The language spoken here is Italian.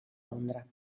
londra